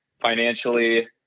financially